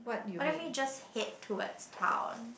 why don't we just head towards town